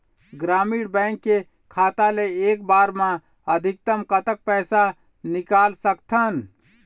ग्रामीण बैंक के खाता ले एक बार मा अधिकतम कतक पैसा निकाल सकथन?